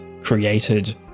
created